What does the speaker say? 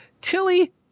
Tilly